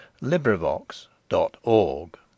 LibriVox.org